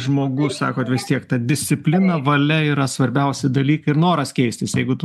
žmogus sakot vis tiek ta disciplina valia yra svarbiausi dalykai ir noras keistis jeigu tu